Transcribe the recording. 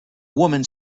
woman